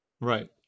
Right